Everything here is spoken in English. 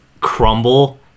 crumble